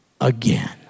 again